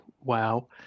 wow